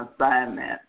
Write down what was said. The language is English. assignment